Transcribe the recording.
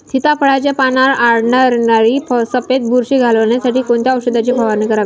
सीताफळाचे पानांवर आढळणारी सफेद बुरशी घालवण्यासाठी कोणत्या औषधांची फवारणी करावी?